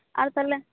ᱟᱨ ᱛᱟᱦᱚᱞᱮ